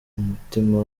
umutima